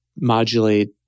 modulate